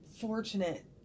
fortunate